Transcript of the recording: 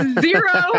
Zero